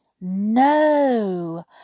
No